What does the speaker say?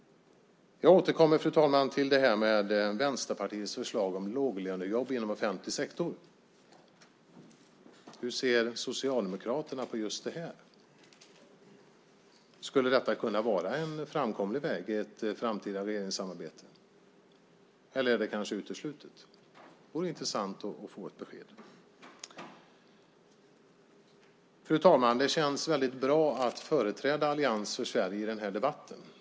Jag återkommer, fru talman, till Vänsterpartiets förslag om låglönejobb inom offentlig sektor. Hur ser Socialdemokraterna på det? Skulle det kunna vara en framkomlig väg i ett framtida regeringssamarbete, eller är det kanske uteslutet? Det vore intressant att få ett besked. Fru talman! Det känns väldigt bra att företräda Allians för Sverige i den här debatten.